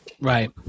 Right